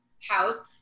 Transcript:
house